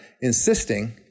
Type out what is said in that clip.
insisting